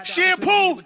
Shampoo